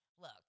Look